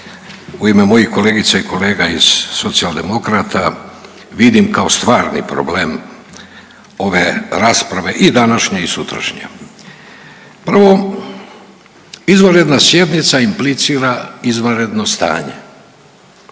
u ime mojih kolegica i kolega iz Socijaldemokrata vidim kao stvarni problem ove rasprave i današnje i sutrašnje. Prvo, izvanredna sjednica implicira izvanredno stanje.